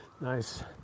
nice